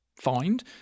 find